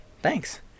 Thanks